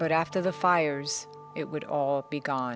but after the fires it would all be gone